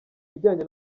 bijyanye